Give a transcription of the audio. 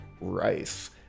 Rice